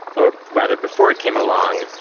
or rather before it came along,